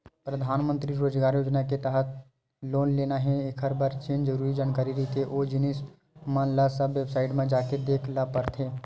परधानमंतरी रोजगार योजना के तहत लोन लेना हे त एखर बर जेन जरुरी जानकारी रहिथे ओ जिनिस मन ल सब बेबसाईट म जाके देख ल परथे